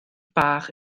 bach